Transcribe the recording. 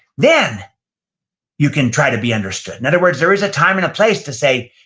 then you can try to be understood. in other words, there is a time and a place to say,